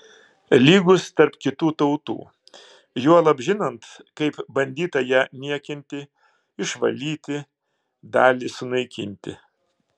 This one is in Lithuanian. lygūs tarp kitų tautų juolab žinant kaip bandyta ją niekinti išvalyti dalį sunaikinti